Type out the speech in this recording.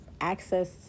access